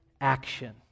action